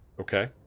Okay